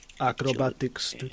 Acrobatics